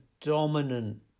dominant